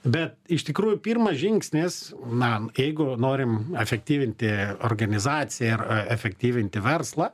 bet iš tikrųjų pirmas žingsnis na jeigu norim efektyvinti organizaciją ir efektyvinti verslą